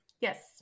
Yes